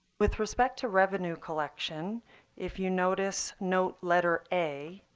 with respect to revenue collection if you notice note letter a,